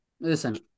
Listen